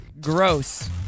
gross